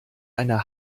eine